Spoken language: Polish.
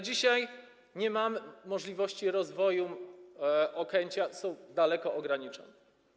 Dzisiaj nie ma możliwości rozwoju Okęcia, są one daleko ograniczone.